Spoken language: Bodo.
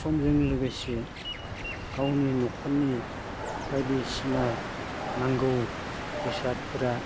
समजों लोगोसे गावनि न'खरनि बायदि सिना नांगौ बेसादफोरा